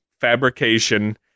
fabrication